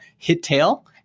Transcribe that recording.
Hittail